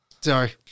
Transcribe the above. Sorry